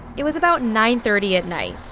it was about nine thirty at night.